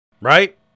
Right